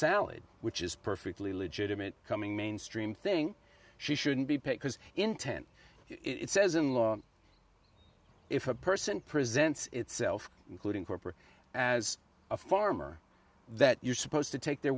salad which is perfectly legitimate becoming mainstream thing she shouldn't be paid because intent it says in law if a person presents itself including corporate as a farmer that you're supposed to take their